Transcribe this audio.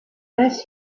first